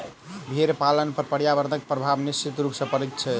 भेंड़ पालन पर पर्यावरणक प्रभाव निश्चित रूप सॅ पड़ैत छै